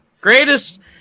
greatest